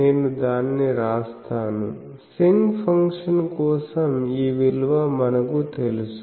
నేను దానిని రాస్తాను సింక్ ఫంక్షన్ కోసం ఈ విలువ మనకు తెలుసు